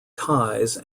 ties